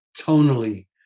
tonally